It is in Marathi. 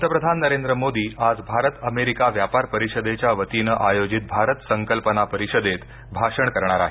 पंतप्रधान नरेंद्र मोदी आज भारत अमेरिका व्यापार परिषदेच्या वतीनं आयोजित भारत संकल्पना परिषदेत भाषण करणार आहेत